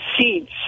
seeds